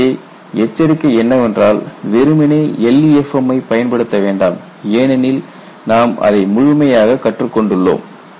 எனவே எச்சரிக்கை என்னவென்றால் வெறுமனே LEFM ஐப் பயன்படுத்த வேண்டாம் ஏனெனில் நாம் அதை முழுமையாகக் கற்று கொண்டுள்ளோம்